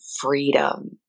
freedom